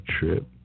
trip